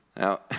Now